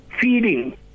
feeding